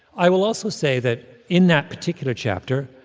i will also say that in that particular chapter,